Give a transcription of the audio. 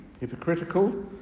hypocritical